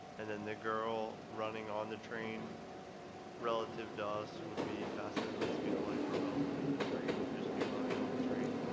and then the girl running on the train relative to us would be faster than the speed of light but relative to the train would just be running on the train?